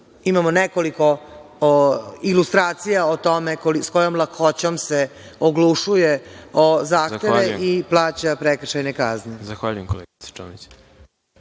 Imamo nekoliko ilustracija o tome sa kojom lakoćom se oglušuje o zahtev i plaća prekršajne kazne.